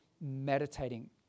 meditating